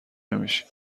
نمیشیم